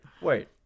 wait